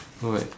no wait